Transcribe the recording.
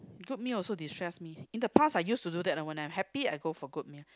good meal also destress me in the past I used to do that when I happy I go for good meal